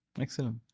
Excellent